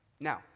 Now